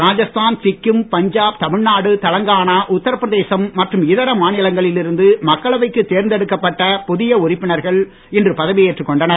ராஜஸ்தான் சிக்கிம் பஞ்சாம் தமிழ்நாடு தெலங்கானா உத்தரபிரதேசம் மற்றும் இதர மாநிலங்களில் இருந்து மக்களவைக்கு தேர்ந்தெடுக்கப்பட்ட புதிய உறுப்பினர்கள் இன்று பதவி ஏற்றுக் கொண்டனர்